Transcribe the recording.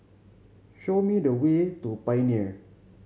show me the way to Pioneer